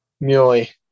Muley